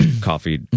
coffee